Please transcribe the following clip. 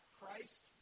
Christ